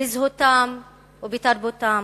בזהותם ובתרבותם.